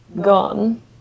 gone